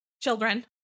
Children